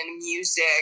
music